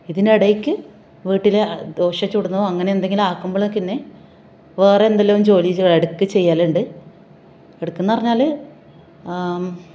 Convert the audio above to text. ഇതിനിടയ്ക്ക് വീട്ടിലെ ദോശ ചുടുന്നു അങ്ങനെ എന്തെങ്കിലും ആക്കുമ്പോൾ പിന്നെ വേറെ എന്തെല്ലാമോ ജോലി ഇടയ്ക്ക് ചെയ്യലുണ്ട് ഇടയ്ക്ക് എന്ന് പറഞ്ഞാൽ